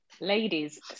Ladies